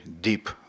deep